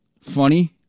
funny